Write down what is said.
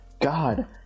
God